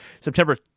September